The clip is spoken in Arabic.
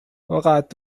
وقعت